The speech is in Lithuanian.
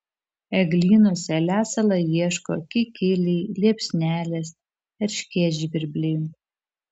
eglynuose lesalo ieško kikiliai liepsnelės erškėtžvirbliai